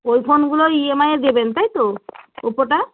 ওই ফোনগুলো ইএমআই এ দেবেন তাই তো ওপোটা